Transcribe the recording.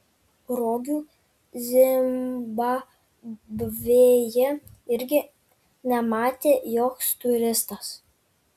rogių zimbabvėje irgi nematė joks turistas